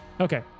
Okay